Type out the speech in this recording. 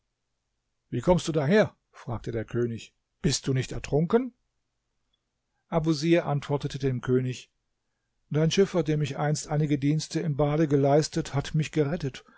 wie kommst du daher fragte der könig bist du nicht ertrunken abusir antwortete dem könig dein schiffer dem ich einst einige dienste im bade geleistet hat mich gerettet